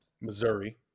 Missouri